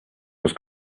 was